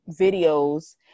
videos